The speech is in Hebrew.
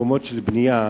מקומות של בנייה,